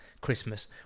Christmas